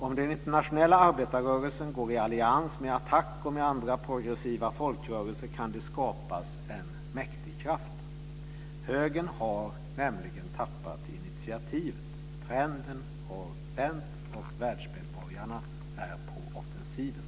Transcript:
Om den internationella arbetarrörelsen går i allians med ATTAC och med andra progressiva folkrörelser kan det skapas en mäktig kraft. Högern har nämligen tappat initiativet. Trenden har vänt. Världsmedborgarna är på offensiven.